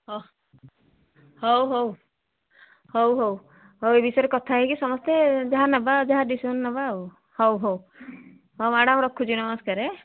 ହଁ ହଉ ହଉ ହଉ ହଉ ହଉ ଏ ବିଷୟରେ କଥା ହେଇକି ସମସ୍ତେ ଯାହା ନେବା ଯାହା ଡିସିସନ୍ ନେବା ଆଉ ହଉ ହଉ ହଁ ମ୍ୟାଡ଼ାମ ରଖୁଛି ନମସ୍କାର